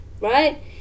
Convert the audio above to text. right